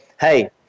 hey